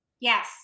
Yes